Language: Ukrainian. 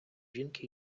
жінки